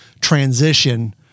transition